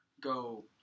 go